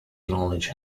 knowledge